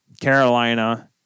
Carolina